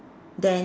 then